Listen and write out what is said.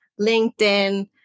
LinkedIn